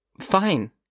Fine